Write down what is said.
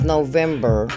November